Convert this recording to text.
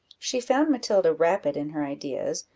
she found matilda rapid in her ideas,